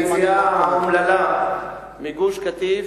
את היציאה האומללה מגוש-קטיף.